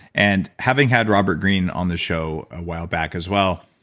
and having had robert greene on this show a while back as well